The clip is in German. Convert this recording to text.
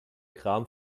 kram